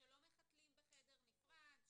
שלא מחתלים בחדר נפרד,